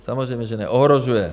Samozřejmě že neohrožuje.